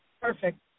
Perfect